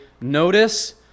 Notice